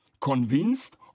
convinced